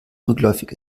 rückläufig